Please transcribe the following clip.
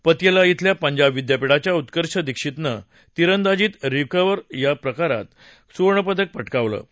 पतियाला खेल्या पंजाब विद्यापीठाच्या उत्कर्ष दिक्षितनं तिरंदाजीत रिकव्ह प्रकारात सुवर्ण पदक पटकावलं आहे